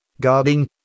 guarding